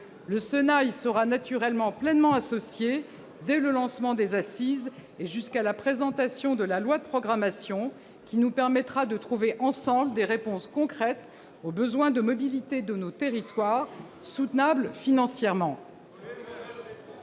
Le Sénat y sera, naturellement, pleinement associé dès le lancement des assises et jusqu'à la présentation du projet de loi de programmation, qui nous permettra de trouver ensemble des réponses concrètes aux besoins de mobilité de nos territoires, soutenables financièrement.